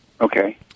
Okay